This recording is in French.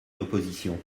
l’opposition